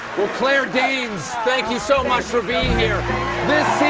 claire danes, thank you so much for being here.